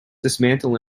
dismantle